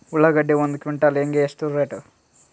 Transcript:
ಉಳ್ಳಾಗಡ್ಡಿ ಒಂದು ಕ್ವಿಂಟಾಲ್ ಗೆ ಎಷ್ಟು ರೇಟು?